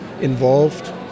involved